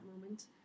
moment